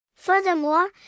Furthermore